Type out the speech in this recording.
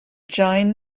jain